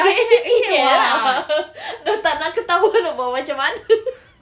ya dah tak nak ketawa nak buat macam mana